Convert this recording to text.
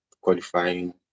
qualifying